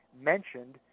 mentioned